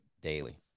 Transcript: daily